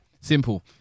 Simple